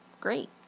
great